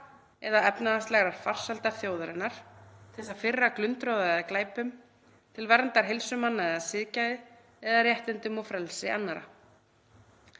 eða efnahagslegrar farsældar þjóðarinnar, til þess að firra glundroða eða glæpum, til verndar heilsu manna eða siðgæði eða réttindum og frelsi annarra.“